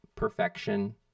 perfection